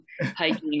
hiking